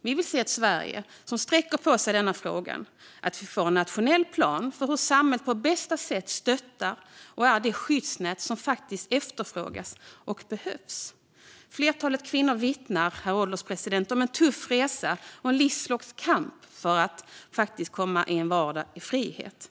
Vi vill se ett Sverige som sträcker på sig i denna fråga. Vi vill att vi får en nationell plan för hur samhället på bästa sätt stöttar och är det skyddsnät som behövs och efterfrågas. Herr ålderspresident! Många kvinnor vittnar om en tuff resa och en livslång kamp för att få en vardag i frihet.